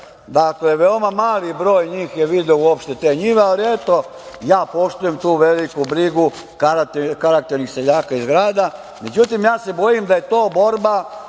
selu. Dakle, veoma mali broj njih je video uopšte te njive, ali eto ja poštujem tu veliku brigu karakternih seljaka iz grada. Međutim, ja se bojim da je to borba